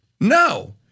No